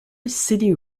city